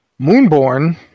Moonborn